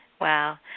Wow